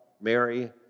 Mary